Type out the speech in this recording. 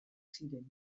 ziren